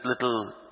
little